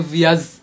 years